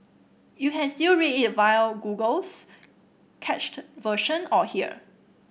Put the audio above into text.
you can still read it via Google's cached version or here